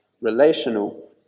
relational